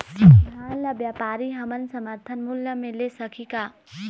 धान ला व्यापारी हमन समर्थन मूल्य म ले सकही का?